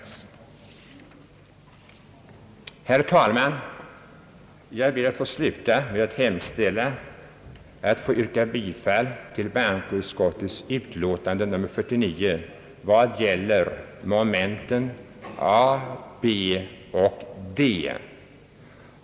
Herr talman! Jag yrkar bifall till bankoutskottets utlåtande nr 49 vad gäller punkterna A, B och D.